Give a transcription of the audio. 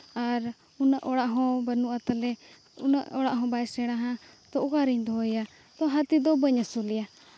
ᱟᱨ ᱩᱱᱟᱹᱜ ᱚᱲᱟᱜ ᱦᱚᱸ ᱵᱟᱹᱱᱩᱜᱼᱟ ᱛᱟᱞᱮ ᱩᱱᱟᱹᱜ ᱚᱲᱟᱜ ᱦᱚᱸ ᱵᱟᱭ ᱥᱮᱬᱟᱼᱟ ᱛᱳ ᱚᱠᱟᱨᱤᱧ ᱫᱚᱦᱚᱭᱮᱭᱟ ᱛᱳ ᱦᱟᱹᱛᱤ ᱫᱚ ᱵᱟᱹᱧ ᱟᱹᱥᱩᱞᱮᱭᱟ